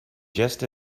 just